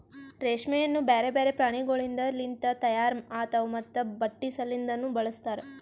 ರೇಷ್ಮೆಯನ್ನು ಬ್ಯಾರೆ ಬ್ಯಾರೆ ಪ್ರಾಣಿಗೊಳಿಂದ್ ಲಿಂತ ತೈಯಾರ್ ಆತಾವ್ ಮತ್ತ ಬಟ್ಟಿ ಸಲಿಂದನು ಬಳಸ್ತಾರ್